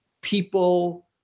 people